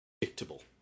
predictable